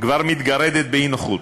כבר מתגרדת באי-נוחות.